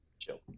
Chill